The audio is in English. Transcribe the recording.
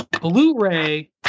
blu-ray